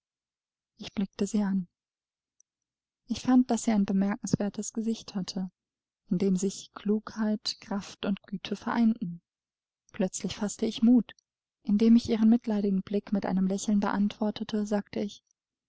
ich blickte sie an ich fand daß sie ein bemerkenswertes gesicht hatte in dem sich klugheit kraft und güte vereinten plötzlich faßte ich mut indem ich ihren mitleidigen blick mit einem lächeln beantwortete sagte ich